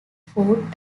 foot